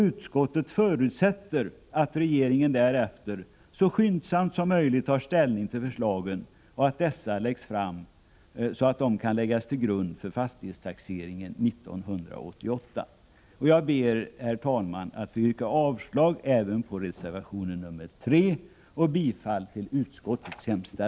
Utskottet förutsätter att regeringen därefter så skyndsamt som möjligt tar ställning till kommittéernas förslag och presenterar ett eget förslag, som kan läggas till grund för fastighetstaxeringen 1988. Jag ber, herr talman, att få yrka avslag även på reservation nr 3 och bifall till utskottets hemställan.